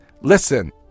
Listen